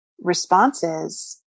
responses